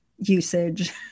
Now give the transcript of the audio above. usage